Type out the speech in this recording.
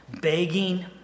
begging